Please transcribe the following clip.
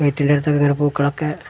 വീട്ടിൻറ്റടുത്ത് ഇങ്ങനെ പൂക്കളൊക്കെ